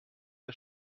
der